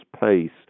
pace